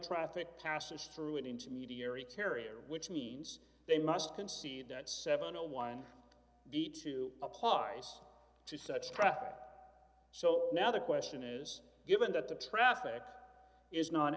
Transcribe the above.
traffic passes through an intermediary carrier which means they must concede that seven o y n d two applies to such traffic so now the question is given that the traffic is not a